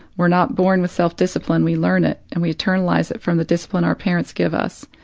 we're not born with self-discipline, we learn it and we internalize it from the discipline our parents give us,